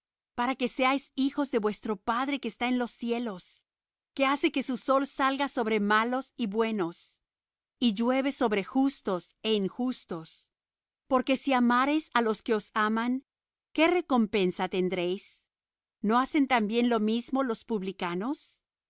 para que seáis hijos de vuestro padre que está en los cielos que hace que su sol salga sobre malos y buenos y llueve sobre justos é injustos porque si amareis á los que os aman qué recompensa tendréis no hacen también lo mismo los publicanos